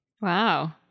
wow